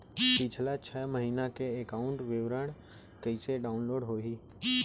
पिछला छः महीना के एकाउंट विवरण कइसे डाऊनलोड होही?